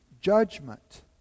judgment